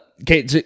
Okay